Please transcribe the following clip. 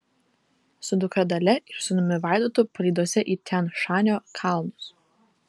su dukra dalia ir sūnumi vaidotu palydose į tian šanio kalnus